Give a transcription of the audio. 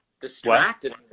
Distracted